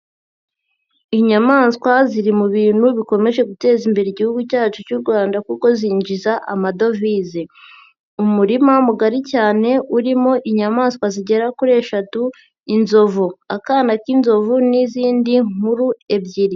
Inyamaswa ziri mu bintu bikomeje guteza imbere Igihugu cyacu cy'u Rwanda kuko zinjiza amadovize, umurima mugari cyane urimo inyamaswa zigera kuri eshatu inzovu, akana k'inzovu n'izindi nkuru ebyiri.